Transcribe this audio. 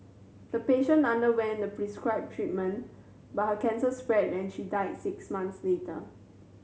the patient underwent the prescribed treatment but her cancer spread and she died six months later